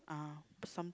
uh some